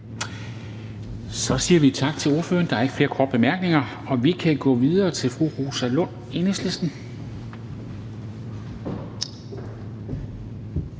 Så siger vi tak til ordføreren. Der er ikke flere korte bemærkninger. Vi kan gå videre til fru Rosa Lund, Enhedslisten.